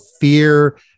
fear